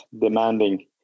demanding